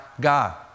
God